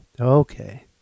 Okay